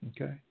Okay